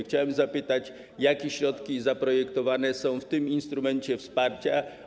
Chciałem zapytać: Jakie środki przewidziane są w tym instrumencie wsparcia?